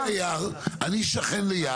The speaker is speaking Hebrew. אני שכן ליד,